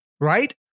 right